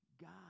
God